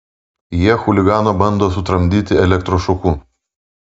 jie chuliganą bando sutramdyti elektros šoku